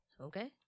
okay